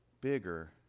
bigger